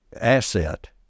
asset